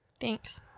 Thanks